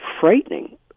frightening